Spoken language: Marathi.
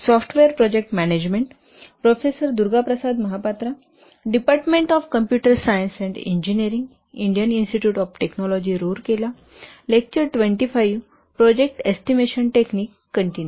good afternoon